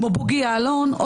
כמו בוגי יעלון,